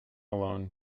alone